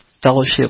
Fellowship